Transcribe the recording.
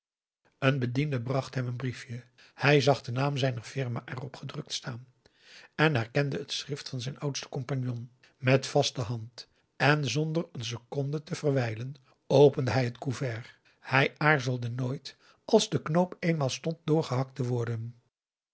een bediende bracht hem een briefje hij zag den naam zijner firma er op gedrukt staan en herkende het schrift van zijn oudsten compagnon met vaste hand en zonder een seconde te verwijlen opende hij het couvert hij aarzelde nooit als de knoop eenmaal stond doorgehakt te worden